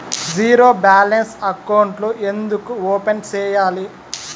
zero balance అకౌంట్లు ఎందుకు open సేయాలి